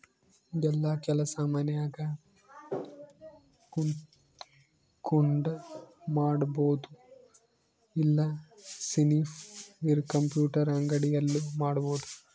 ಯೆಲ್ಲ ಕೆಲಸ ಮನ್ಯಾಗ ಕುಂತಕೊಂಡ್ ಮಾಡಬೊದು ಇಲ್ಲ ಸನಿಪ್ ಇರ ಕಂಪ್ಯೂಟರ್ ಅಂಗಡಿ ಅಲ್ಲು ಮಾಡ್ಬೋದು